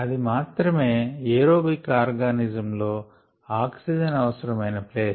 అది మాత్రమే aerobic organism లో ఆక్సిజన్ అవసరమయిన ప్లేస్